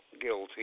guilty